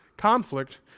conflict